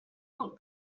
pour